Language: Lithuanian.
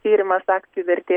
tyrimas akcijų vertė